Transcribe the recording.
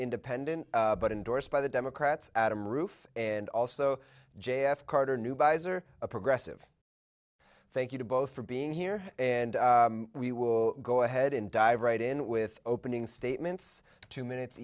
independent but endorsed by the democrats adam roof and also j f carter new buys are a progressive thank you both for being here and we will go ahead and dive right in with opening statements two minutes